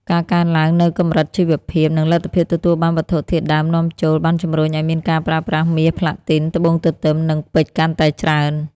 ការកើនឡើងនូវកម្រិតជីវភាព និងលទ្ធភាពទទួលបានវត្ថុធាតុដើមនាំចូល បានជំរុញឲ្យមានការប្រើប្រាស់មាស ផ្លាទីន ត្បូងទទឹម និងពេជ្រកាន់តែច្រើន។